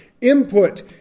input